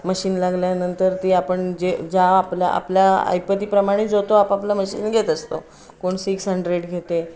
machine लागल्यानंतर ती आपण जे ज्या आपल्या आपल्या ऐपतीप्रमाणे जो तो आपापला मशीन घेत असतो कोण सिक्स हंड्रेड घेते